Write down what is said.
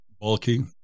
bulky